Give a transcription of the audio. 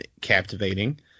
captivating